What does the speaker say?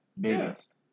Biggest